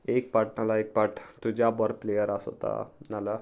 एक पाट नाल्या एक पार्ट तुज्या बरो प्लेयर आसोता नाल्या